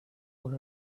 were